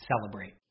celebrate